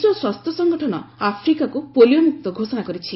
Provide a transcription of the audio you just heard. Africa ବିଶ୍ୱ ସ୍ୱାସ୍ଥ୍ୟ ସଂଗଠନ ଆଫ୍ରିକାକୁ ପୋଲିଓମୁକ୍ତ ଘୋଷଣା କରିଛି